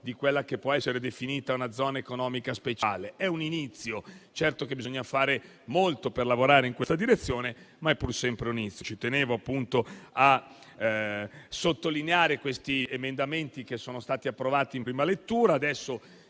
quella che può essere definita una zona economica speciale. Certamente bisogna fare molto per lavorare in questa direzione, ma è pur sempre un inizio. Ci tenevo a sottolineare questi emendamenti che sono stati approvati in prima lettura.